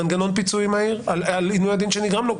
מנגנון פיצוי מהיר על עינוי הדין שנגרם לו.